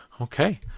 okay